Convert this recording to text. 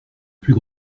plus